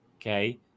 Okay